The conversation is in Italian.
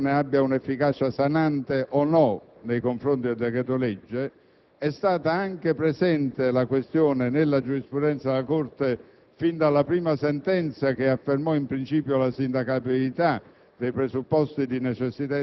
la legge di conversione abbia un'efficacia sanante o no nei confronti del decreto-legge. È stata anche presente nella giurisprudenza della Corte, fin dalla prima sentenza che affermò in principio la sindacabilità